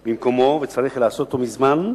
במקומו, צריך היה לעשות אותו מזמן,